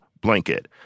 blanket